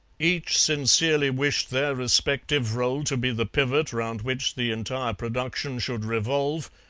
each sincerely wished their respective role to be the pivot round which the entire production should revolve,